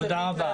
תודה רבה.